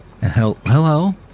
Hello